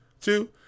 two